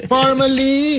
Formally